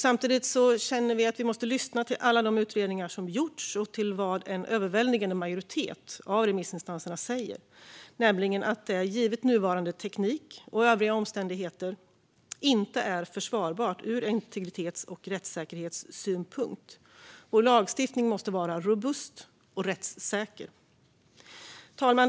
Samtidigt känner vi att vi måste lyssna till alla de utredningar som gjorts och till vad en överväldigande majoritet av remissinstanserna säger, nämligen att det givet nuvarande teknik och övriga omständigheter inte är försvarbart ur integritets och rättssäkerhetssynpunkt. Vår lagstiftning måste vara robust och rättssäker. Fru talman!